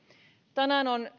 tänään on